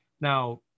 Now